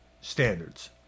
standards